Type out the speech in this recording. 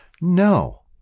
No